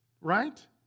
right